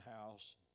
house